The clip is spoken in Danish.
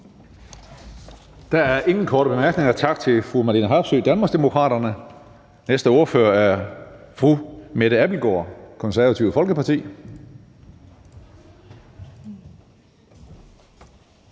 Der er ingen korte bemærkninger. Tak til fru Marlene Harpsøe, Danmarksdemokraterne. Den næste ordfører er fru Mette Abildgaard, Det Konservative Folkeparti.